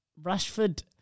Rashford